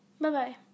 bye-bye